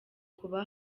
kuba